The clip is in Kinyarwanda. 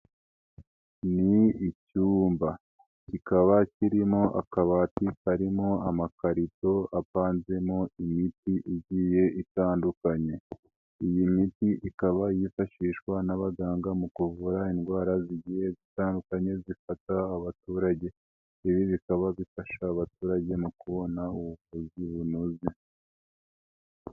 Ni icyumba kikaba kirimo akabati karimo amakarito apanzemo imiti igiye itandukanye. Iyi miti ikaba yifashishwa n'abaganga mu kuvura indwara z'igiye zitandukanye zifata abaturage. Ibi bikaba bifasha abaturage mu kubona ubuvuzi bunoze.